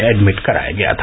admit कराया गया था